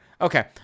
Okay